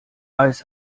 eis